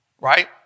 right